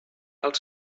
als